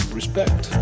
respect